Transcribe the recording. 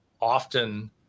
often